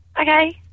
Okay